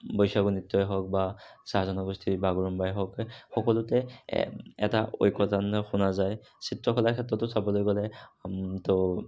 বৈছাগু নৃত্যই হওঁক বা চাহ জনগোষ্ঠীৰ বাগৰুম্বাই হওঁক সকলোতে এটা ঐকতান শুনা যায় চিত্ৰকলাৰ ক্ষেত্ৰতো চাবলৈ গ'লে তো